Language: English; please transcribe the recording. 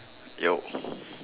yo